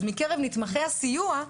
אז מקרב נתמכי הסיוע,